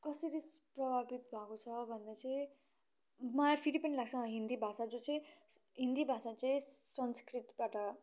कसरी प्रभावित भएको छ भन्दा चाहिँ मलाई फेरि पनि लाग्छ हिन्दी भाषा जो चाहिँ हिन्दी भाषा चाहिँ संस्कृतबाट